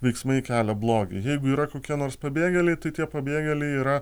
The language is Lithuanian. veiksmai kelia blogį jeigu yra kokie nors pabėgėliai tai tie pabėgėliai yra